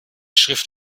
schrift